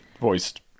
voiced